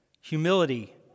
humility